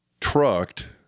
Trucked